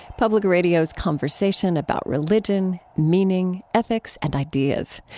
public radio's conversation about religion, meaning, ethics, and ideas.